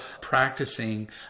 practicing